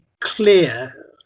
clear